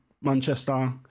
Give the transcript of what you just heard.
Manchester